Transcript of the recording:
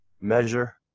measure